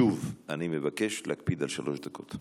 שוב, אני מבקש להקפיד על שלוש דקות.